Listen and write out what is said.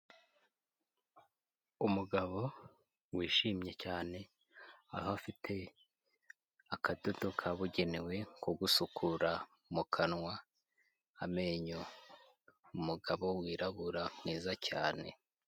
Umugabo wishimye cyane; aho afite akadodo kabugenewe ko gusukura mu kanwa, amenyo; umugabo wirabura mwiza cyane!